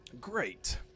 Great